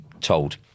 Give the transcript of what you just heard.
told